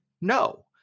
No